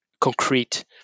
concrete